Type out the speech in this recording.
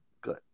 good